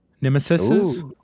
Nemesis